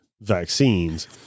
vaccines